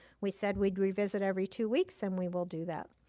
we said we'd revisit every two weeks and we will do that.